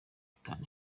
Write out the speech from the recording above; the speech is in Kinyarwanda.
itanu